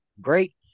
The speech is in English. great